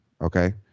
okay